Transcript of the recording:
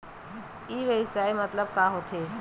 ई व्यवसाय मतलब का होथे?